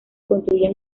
construyen